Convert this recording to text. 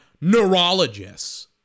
neurologists